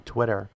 Twitter